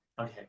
okay